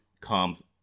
comes